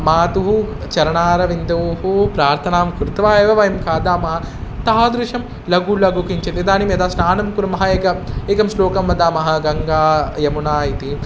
मातुः चरणारविन्दौ प्रार्थनां कृत्वा एव वयं खादामः तादृशं लघुलघु किञ्चित् इदानीं यदा स्नानं कुर्मः एकम् एकं श्लोकं वदामः गङ्गा यमुना इति